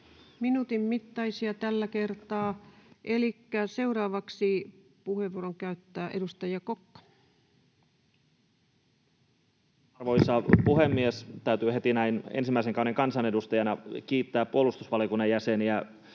Minuutin mittaisia tällä kertaa. — Elikkä seuraavaksi puheenvuoron käyttää edustaja Kokko. Arvoisa puhemies! Täytyy heti näin ensimmäisen kauden kansanedustajana kiittää puolustusvaliokunnan jäseniä